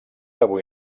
avui